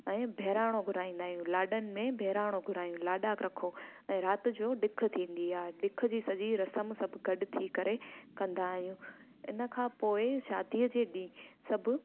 ऐं ॿहिराणो घुराईंदा आहियूं लाॾनि में ॿहिराणो घुरायूं लाॾा रखूं ऐं राति जो ॾिख थींदी आहे ॾिख जी सॼी रसम सभु गॾ थी करे कंदा आहियूं इन खां पोइ शादीअ जे ॾींहुं सभु